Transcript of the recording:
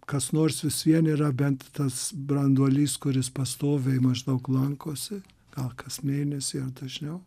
kas nors vis vien yra bent tas branduolys kuris pastoviai maždaug lankosi gal kas mėnesį ar dažniau